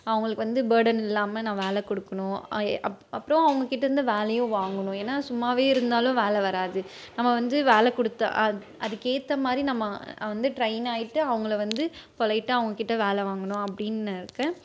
அவங்களுக்கு வந்து பேர்டன் இல்லாமல் நான் வேலை கொடுக்கணும் அப்றம் அவங்கக்கிட்டேந்து வேலையும் வாங்கணும் ஏன்னா சும்மா இருந்தாலும் வேலை வராது நம்ம வந்து வேலை கொடுத்தா அதுக்கேற்ற மாதிரி நம்ம வந்து ட்ரெயின் ஆகிட்டு அவங்கள வந்து பொலைட்டாக அவங்கக்கிட்ட வேலை வாங்கணும் அப்டின்னு இருக்கேன்